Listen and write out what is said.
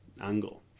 angle